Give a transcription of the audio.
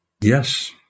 Yes